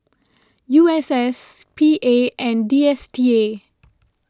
U S S P A and D S T A